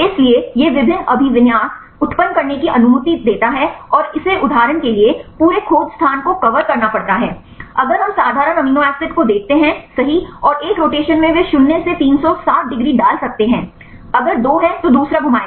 इसलिए यह विभिन्न अभिविन्यास उत्पन्न करने की अनुमति देता है और इसे उदाहरण के लिए पूरे खोज स्थान को कवर करना पड़ता है अगर हम साधारण अमीनो एसिड को देखते हैं सही और एक रोटेशन में वे 0 से 360 डिग्री डाल सकते हैं अगर दो हैं तो दूसरा घुमाएगा